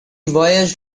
voyaged